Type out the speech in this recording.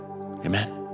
Amen